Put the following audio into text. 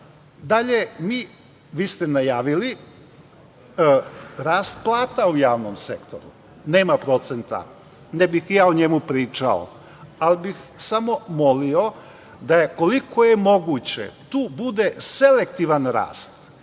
mnogo. Dalje, vi ste najavili rast plata u javnom sektoru. Nema procenta, ne bih ja o njemu pričao, ali bih samo molio da koliko je moguće tu bude selektivan rast